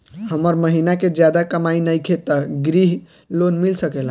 हमर महीना के ज्यादा कमाई नईखे त ग्रिहऽ लोन मिल सकेला?